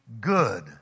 good